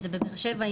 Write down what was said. אם זה בבאר שבע,